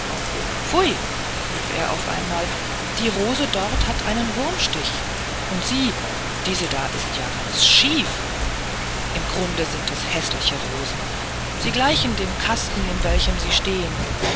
pfui rief er auf einmal die rose dort hat einen wurmstich und sieh diese da ist ja ganz schief im grunde sind es häßliche rosen sie gleichen dem kasten in welchem sie stehen